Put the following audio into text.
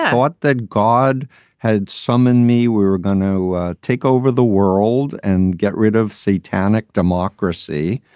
i thought that god had summoned me. we were gonna take over the world and get rid of satanic democracy.